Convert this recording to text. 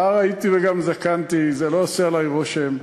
נער הייתי וגם זקנתי, זה לא עושה עלי רושם.